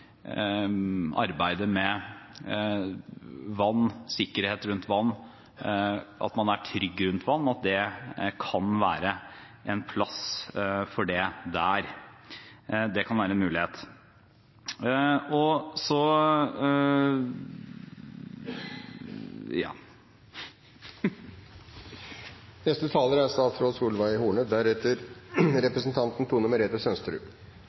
arbeidet med vann, sikkerhet rundt vann, at man er trygg rundt vann. Det kan være en mulighet. Jeg tror at noe av det